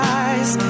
eyes